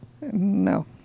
No